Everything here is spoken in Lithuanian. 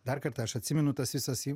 dar kartą aš atsimenu tas visas